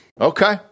Okay